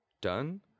done